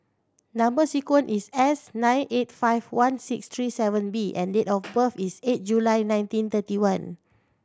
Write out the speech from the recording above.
number sequence is S nine eight five one six three seven B and date of birth is eight July nineteen thirty one